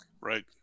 right